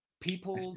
people